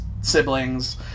siblings